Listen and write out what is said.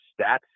stats